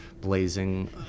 blazing